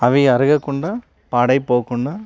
అవి అరగకుండా పాడైపోకుండా